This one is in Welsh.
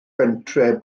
bentref